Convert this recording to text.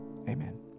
Amen